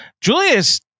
Julius